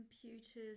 computers